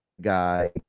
guy